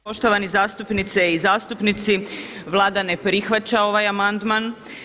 Poštovane zastupnice i zastupnici, Vlada ne prihvaća ovaj amandman.